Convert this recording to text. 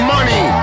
Money